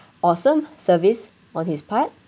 awesome service on his part